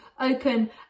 open